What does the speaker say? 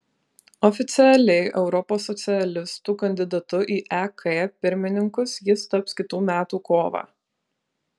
oficialiai europos socialistų kandidatu į ek pirmininkus jis taps kitų metų kovą